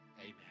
Amen